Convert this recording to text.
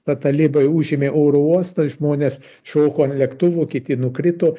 ta talibai užėmė oro uostą žmonės šoko ant lėktuvų kiti nukrito